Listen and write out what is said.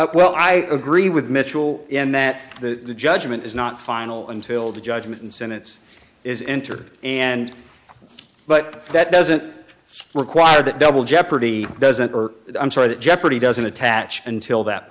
ok well i agree with mitchell in that the judgment is not final until the judgment and sentence is enter and but that doesn't require that double jeopardy doesn't work i'm sure that jeopardy doesn't attach until that